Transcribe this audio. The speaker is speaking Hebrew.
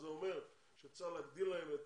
זה אומר שצריך להגדיל להם את